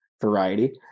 variety